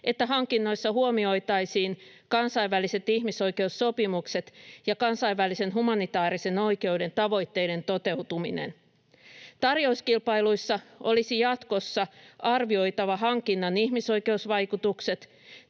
että hankinnoissa huomioitaisiin kansainväliset ihmisoikeussopimukset ja kansainvälisen humanitaarisen oikeuden tavoitteiden toteutuminen. Tarjouskilpailuissa olisi jatkossa arvioitava hankinnan ihmisoikeusvaikutukset,